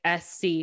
SC